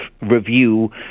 review